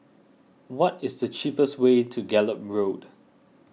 what is the cheapest way to Gallop Road